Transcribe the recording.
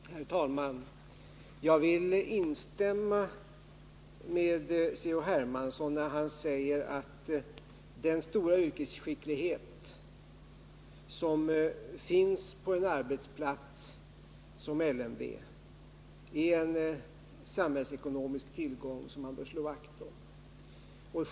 Herr talman! Jag instämmer med C.-H. Hermansson när han säger att den stora yrkesskicklighet som finns på en arbetsplats som LMV utgör en samhällsekonomisk tillgång som man bör slå vakt om.